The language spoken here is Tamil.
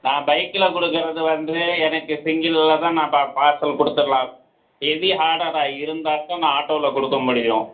நான் பைக்கில் கொடுக்கறது வந்து எனக்கு சிங்கிளாக தான் நான் பா பார்சல் கொடுத்துரலாம் ஹெவி ஆர்டராக இருந்தாக்க நான் ஆட்டோவில் கொடுக்க முடியும்